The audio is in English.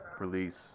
release